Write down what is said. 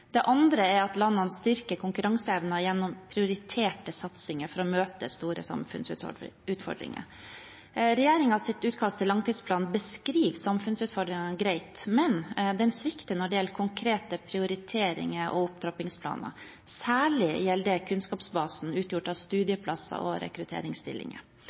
Det andre er at landene styrker konkurranseevnen gjennom prioriterte satsinger for å møte store samfunnsutfordringer. Regjeringens utkast til langtidsplan beskriver samfunnsutfordringene greit, men den svikter når det gjelder prioriteringer og opptrappingsplaner, særlig gjelder det kunnskapsbasen utgjort av studieplasser og rekrutteringsstillinger.